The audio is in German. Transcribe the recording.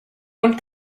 und